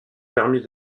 permis